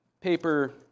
paper